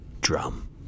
Drum